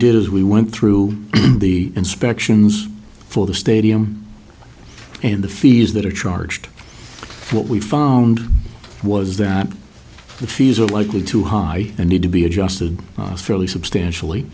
did is we went through the inspections for the stadium and the fees that are charged what we found was that the fees are likely to high and need to be adjusted fairly substantially